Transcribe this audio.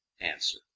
Answer